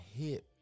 hit